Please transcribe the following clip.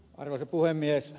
arvoisa puhemies